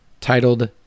titled